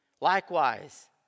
Likewise